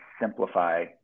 simplify